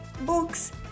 books